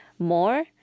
more